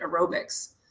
aerobics